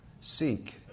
Seek